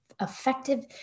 effective